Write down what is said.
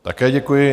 Také děkuji.